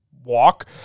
walk